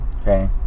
Okay